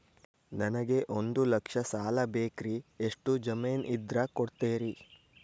ನನಗೆ ಒಂದು ಲಕ್ಷ ಸಾಲ ಬೇಕ್ರಿ ಎಷ್ಟು ಜಮೇನ್ ಇದ್ರ ಕೊಡ್ತೇರಿ?